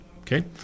okay